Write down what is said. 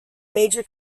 major